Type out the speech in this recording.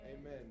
Amen